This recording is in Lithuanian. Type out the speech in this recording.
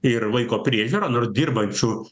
ir vaiko priežiūrą nors dirbančių